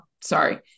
sorry